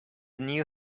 new